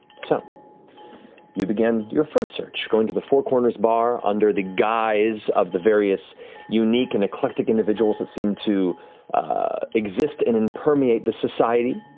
so you began your first search, going to the four corners bar under the guise of the various unique and eclectic individuals that seem to exist and impermeate this society.